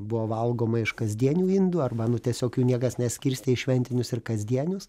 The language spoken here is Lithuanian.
buvo valgoma iš kasdienių indų arba nu tiesiog jų niekas neskirstė į šventinius ir kasdienius